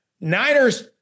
Niners